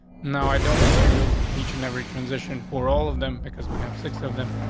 now, i don't want to do each and every transition for all of them because we have six of them.